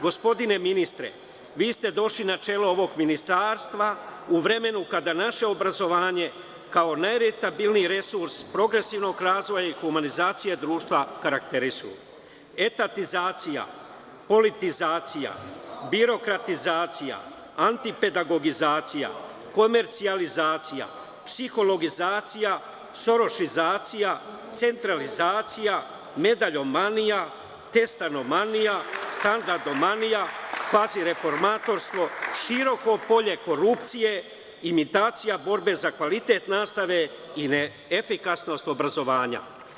Gospodine ministre, vi ste došli na čelo ovog ministarstva u vremenu kada naše obrazovanje kao najrentabilniji resurs progresivnog razvoja i humanizacije društva karakterišu etatizacija, politizacija, birokratizacija, antipedagodizacija, komercijalizacija, psihologizacija, sorošizacija, centralizacija, medaljomanija, testanomanija, standardomanija, kvazireformatorstvo, široko polje korupcije, imitacija borbe za kvalitet nastave i neefikasnost obrazovanja.